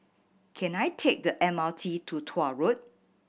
can I take the M R T to Tuah Road